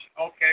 Okay